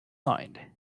signed